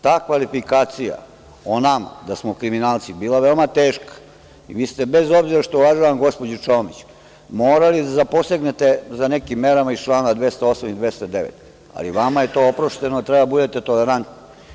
Ta kvalifikacija o nama, da smo kriminalci, bila je veoma teška i vi ste bez obzira što uvažavam gospođu Čomić, morali da zaposegnete za nekim merama iz člana 208. i 209, ali vama je to oprošteno, treba da budete tolerantni.